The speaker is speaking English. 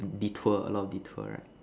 detour a lot of detour right